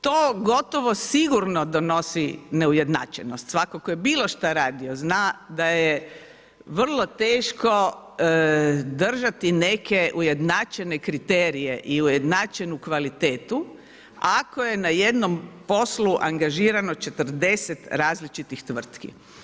To gotovo sigurno donosi neujednačenosti, svatko tko bilo šta je radio, zna da je vrlo teško držati neke ujednačene kriterije i ujednačenu kvalitetu, ako je na jednom poslu angažirano 40 različitih tvrtki.